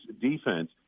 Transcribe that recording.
defense